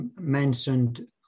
mentioned